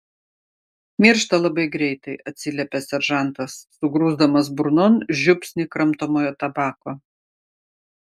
miršta labai greitai atsiliepė seržantas sugrūsdamas burnon žiupsnį kramtomojo tabako